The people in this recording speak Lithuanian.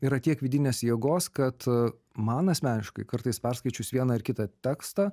yra tiek vidinės jėgos kad man asmeniškai kartais perskaičius vieną ar kitą tekstą